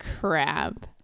crap